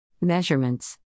Measurements